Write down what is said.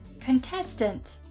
Contestant